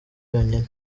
yonyine